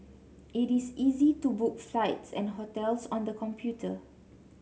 it is easy to book flights and hotels on the computer